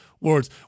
words